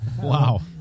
Wow